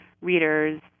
readers